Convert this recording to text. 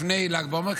לפני ל"ג בעומר,